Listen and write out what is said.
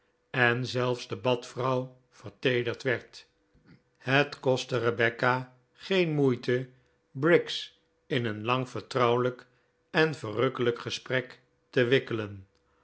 en zelfs de badvrouw verteederd werd het kostte rebecca geen moeite briggs in een lang vertrouwelijk en verrukkelijk gesprek te wikkelen